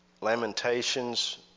Lamentations